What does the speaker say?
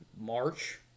March